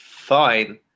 Fine